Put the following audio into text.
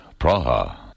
Praha